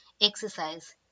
exercise